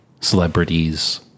celebrities